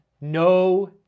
No